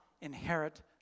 inherit